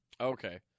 Okay